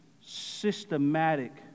systematic